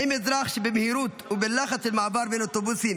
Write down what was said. האם אזרח שבמהירות ובלחץ של מעבר בין אוטובוסים